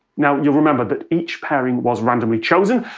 now, you'll remember that each pairing was randomly chosen.